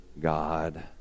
God